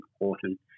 important